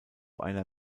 einer